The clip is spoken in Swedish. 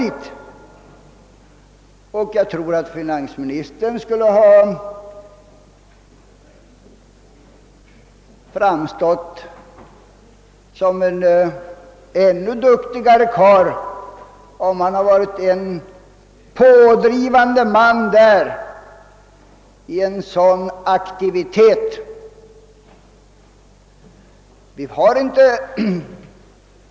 Säkerligen skulle finansministern ha framstått som en ännu duktigare karl, om han hade varit pådrivande i en aktivitet av det slaget.